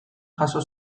jaso